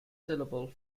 syllable